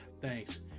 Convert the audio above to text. thanks